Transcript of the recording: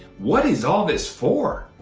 what is all this for?